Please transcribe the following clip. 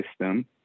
system